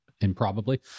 Improbably